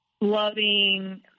loving